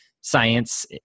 science